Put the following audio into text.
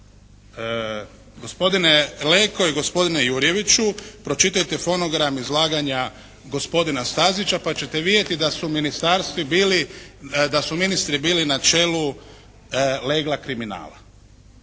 gospodine Leko i gospodine Jurjeviću pročitajte fonogram izlaganja gospodina Stazića pa ćete vidjeti da su ministri bili na čelu legla kriminala.